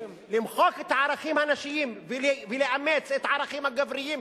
למחוק את הערכים הנשיים ולאמץ את הערכים הגבריים,